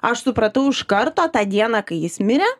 aš supratau iš karto tą dieną kai jis mirė